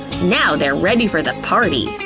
now they're ready for the party.